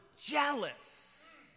jealous